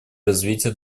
развития